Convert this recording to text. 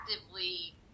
Actively